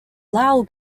lowell